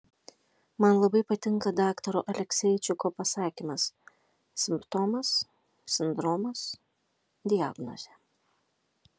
man labai patinka daktaro alekseičiko pasakymas simptomas sindromas diagnozė